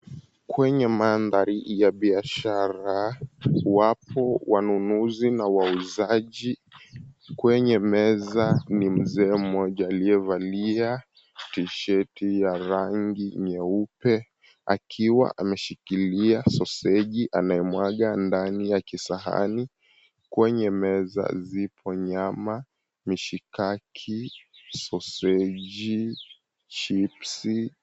Kwenye mandhari ya biashara wapo wanunuzi na wauzaji, kwenye meza ni mzee mmoja aliyevalia tisheti ya rangi nyeupe akiwa ameshikilia soseji anayemwaga ndani ya kisahani kwenye meza zipo nyama, mishikaki, soseji, chipsi.